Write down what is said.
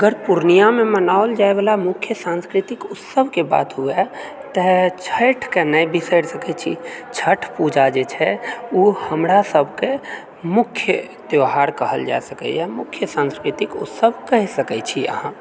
अगर पूर्णियाँमे मनाओल जाए वला मुख्य सान्स्कृतिक उत्सवके बात हुए तऽ छठिके नहि बिसरि सकैत छी छठ पूजा जे छै ओ हमरा सभके मुख्य त्यौहार कहल जा सकैए मुख्य सान्स्कृतिक उत्सव कहि सकैत छी अहाँ